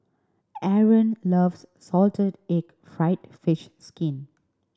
Aron loves salted egg fried fish skin